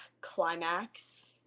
Climax